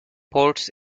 ports